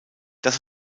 dass